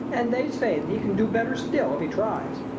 and they say that he can do better still if he tries.